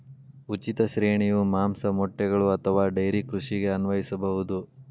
ಉಚಿತ ಶ್ರೇಣಿಯು ಮಾಂಸ, ಮೊಟ್ಟೆಗಳು ಅಥವಾ ಡೈರಿ ಕೃಷಿಗೆ ಅನ್ವಯಿಸಬಹುದು